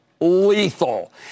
lethal